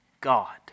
God